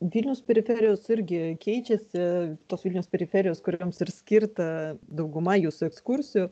vilnius periferijos irgi keičiasi tos vilniaus periferijos kurioms ir skirta dauguma jūsų ekskursijų